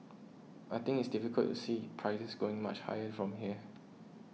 I think it's difficult to see prices going much higher from here